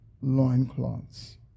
loincloths